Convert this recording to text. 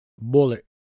bullet